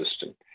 system